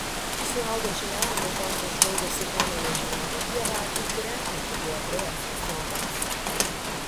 su augančiu nerimu kostas žvalgosi po nenušienautą pievą į kurią eiti buvo priverstas moters